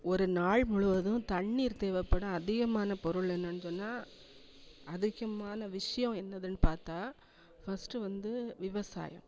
ஒரு நாள் முழுவதும் தண்ணீர் தேவைப்படும் அதிகமான பொருள் என்னென்னு சொன்னால் அதிகமான விஷயம் என்னதுன்னு பார்த்தா ஃபஸ்ட்டு வந்து விவசாயம்